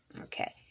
Okay